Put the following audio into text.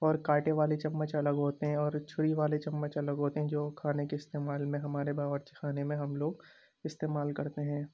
اور کاٹے والے چمچ الگ ہوتے ہیں اور چھری والے چمچ الگ ہوتے ہیں جو کھانے کے استعمال میں ہمارے باورچی خانے میں ہم لوگ استعمال کرتے ہیں